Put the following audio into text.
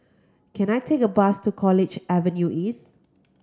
can I take a bus to College Avenue East